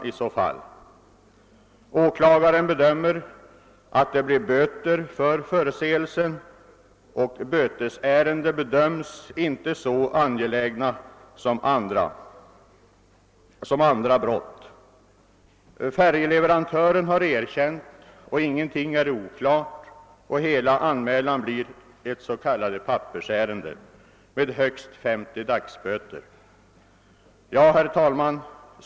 Åklagaren gör den bedömningen att förseelsen kommer att leda till böter och framhåller att bötesärenden inte anses så angelägna som andra brott. Färgleverantören har erkänt, och inget i ärendet är oklart. Hela denna anmälan blir ett s.k. pappersärende med en påföljd av högst 50 dagsböter.